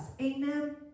Amen